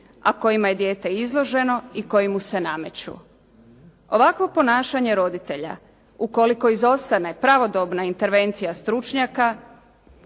a kojima je dijete izloženo i koji mu se nameću. Ovakvo ponašanje roditelja, ukoliko izostane pravodobna intervencija stručnjaka,